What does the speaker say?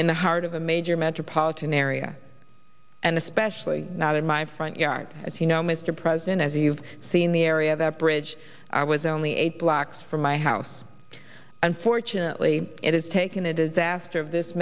in the heart of a major metropolitan area and especially not in my front yard as you know mr president as you've seen the area of that bridge i was only eight blocks from my house unfortunately it has taken a disaster of this